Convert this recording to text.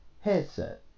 headset